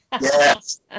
Yes